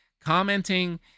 commenting